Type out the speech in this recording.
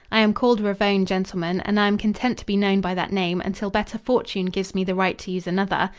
i am called ravone, gentlemen, and i am content to be known by that name until better fortune gives me the right to use another.